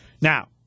Now